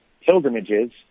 pilgrimages